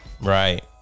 Right